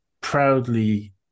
proudly